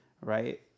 right